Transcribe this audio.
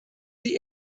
die